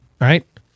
right